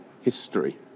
history